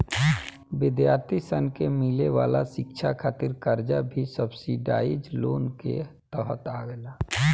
विद्यार्थी सन के मिले वाला शिक्षा खातिर कर्जा भी सब्सिडाइज्ड लोन के तहत आवेला